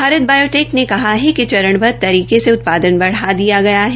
भारत बायोटेक ने कहा कि चरणबदध तरीके से उत्पादन बढ़ा दिया गया है